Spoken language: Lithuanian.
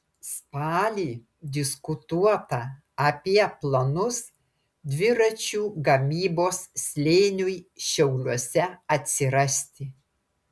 spalį diskutuota apie planus dviračių gamybos slėniui šiauliuose atsirasti